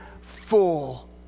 full